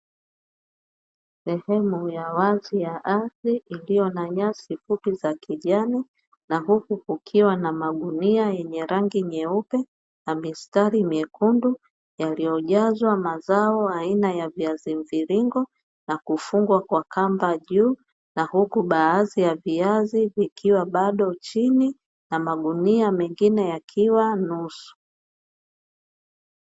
Sehemu ya wazi ya ardhi iliyo na nyasi fupi za kijani na huku kukiwa na magunia yenye rangi nyeupe na mistari mekundu, yaliyojazwa mazao aina ya viazi mviringo na kufungwa kwa kamba juu, na huku baadhi ya viazi vikiwa bado chini na magunia mengine yakiwa nusu.